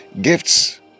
gifts